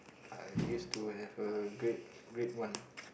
I used to have a great great one